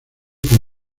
con